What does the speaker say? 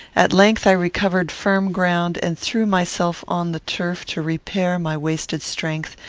at length i recovered firm ground, and threw myself on the turf to repair my wasted strength,